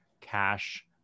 cash